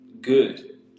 good